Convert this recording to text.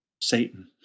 Satan